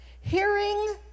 hearing